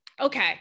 Okay